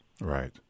Right